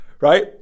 Right